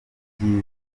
ibyiza